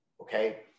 Okay